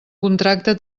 contracte